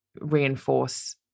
reinforce